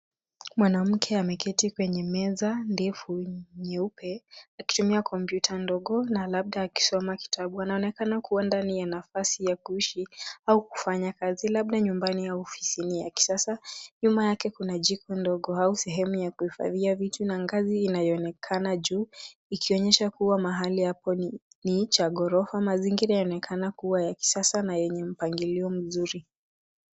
Mwanamke ameketi kwenye meza ndefu nyeupe akitumia kompyuta ndogo na labda akisoma kitabu. Anaonekana kuwa ndani ya nafasi ya kuishi au kufanya kazi labda nyumbani au ofisini ya kisasa. Nyuma yake kuna jiko ndogo au sehemu ya kuhifadhia vitu na ngazi inayoonekana juu ikionyesha kuwa mahali hapo ni cha ghorofa. Mazingira yaonekana kuwa ya kisasa na yenye mpangilio mzuri.